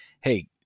Hey